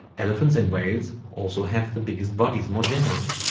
elephants and whales also have the biggest bodies more generally,